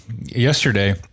yesterday